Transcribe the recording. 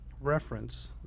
reference